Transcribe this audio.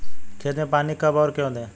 खेत में पानी कब और क्यों दें?